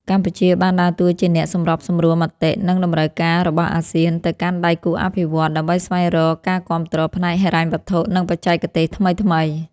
កម្ពុជាបានដើរតួជាអ្នកសម្របសម្រួលមតិ និងតម្រូវការរបស់អាស៊ានទៅកាន់ដៃគូអភិវឌ្ឍន៍ ដើម្បីស្វែងរកការគាំទ្រផ្នែកហិរញ្ញវត្ថុ និងបច្ចេកទេសថ្មីៗ។